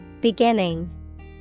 Beginning